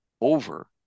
over